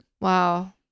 wow